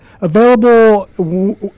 available